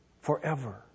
Forever